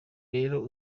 rero